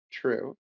true